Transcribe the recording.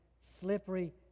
slippery